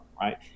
right